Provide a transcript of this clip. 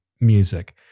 music